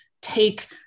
take